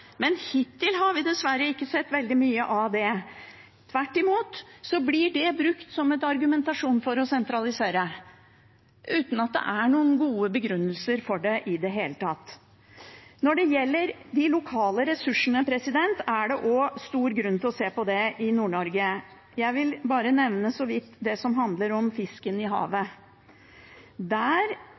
Men hittil har vi dessverre ikke sett veldig mye av det. Tvert imot blir det brukt som argumentasjon for å sentralisere, uten at det er noen gode begrunnelser for det i det hele tatt. Når det gjelder de lokale ressursene, er det også stor grunn til å se på det i Nord-Norge. Jeg vil bare nevne så vidt det som handler om fisken i havet. Der